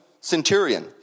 centurion